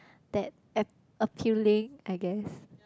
that ap~ appealing I guess